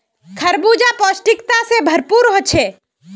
खरबूजा पौष्टिकता से भरपूर होछे